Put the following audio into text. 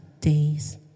days